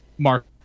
Mark